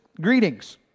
greetings